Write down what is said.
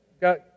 got